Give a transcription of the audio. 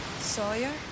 Sawyer